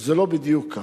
זה לא בדיוק כך.